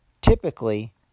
typically